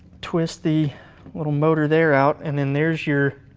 twist the little motor there out. and then there's your